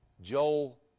Joel